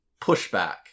pushback